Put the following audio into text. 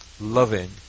loving